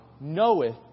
knoweth